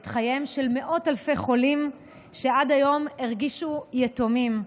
את חייהם של מאות אלפי חולים שעד היום הרגישו יתומים,